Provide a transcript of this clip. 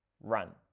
run